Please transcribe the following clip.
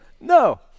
No